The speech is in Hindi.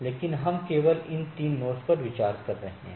लेकिन हम केवल इन तीन नोड्स पर विचार कर रहे हैं